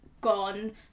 gone